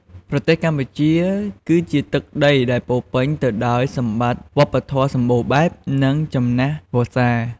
ប្រទេសកម្ពុជា គឺជាទឹកដីដែលពោរពេញទៅដោយសម្បត្តិវប្បធម៌ដ៏សម្បូរបែប និងចំណាស់វស្សា។